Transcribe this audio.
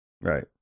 Right